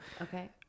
Okay